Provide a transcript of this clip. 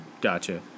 Gotcha